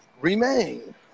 remain